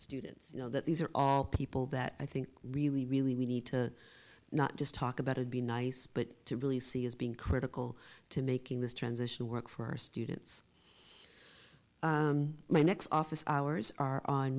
students you know that these are all people that i think really really need to not just talk about it be nice but to really see as being critical to making this transition work for our students my next office hours are on